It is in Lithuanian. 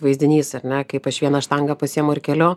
vaizdinys ar ne kaip aš viena štangą pasijemu ir keliu